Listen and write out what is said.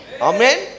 Amen